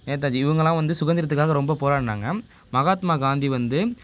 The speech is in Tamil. நேதாஜி இவங்களாம் வந்து சுதந்திரத்துக்காக ரொம்ப போராடினாங்க மகாத்மா காந்தி வந்து